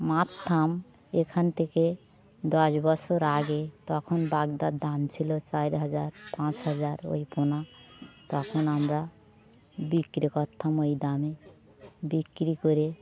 মারতাম এখন থেকে দশ বছর আগে তখন বাগদার দাম ছিল চার হাজার পাঁচ হাজার ওই পোনা তখন আমরা বিক্রি করতাম ওই দামে বিক্রি করে